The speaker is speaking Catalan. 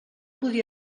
podia